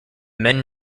men